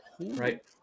Right